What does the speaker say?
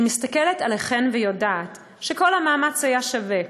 אני מסתכלת עליכן ויודעת שכל המאמץ היה שווה.